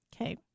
Okay